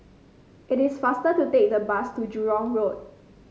it is faster to take the bus to Jurong Road